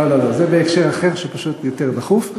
לא לא לא, זה בהקשר אחר, שהוא פשוט יותר דחוף.